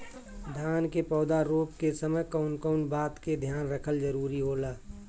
धान के पौधा रोप के समय कउन कउन बात के ध्यान रखल जरूरी होला?